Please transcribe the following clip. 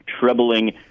troubling